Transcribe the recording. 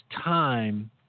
time